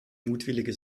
mutwillige